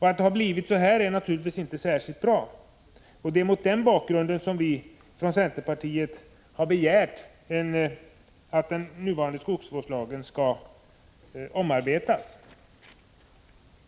Att det blivit på det sättet är naturligtvis inte särskilt bra. Det är mot den bakgrunden som vi från centerpartiet har begärt att den 139 nuvarande skogsvårdslagen skall omarbetas.